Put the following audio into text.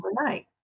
overnight